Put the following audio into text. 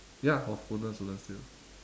ya I was woodlands woodlands still